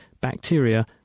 bacteria